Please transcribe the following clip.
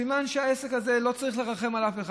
סימן שבעסק הזה לא צריך לרחם על אף אחד,